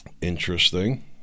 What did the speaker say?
Interesting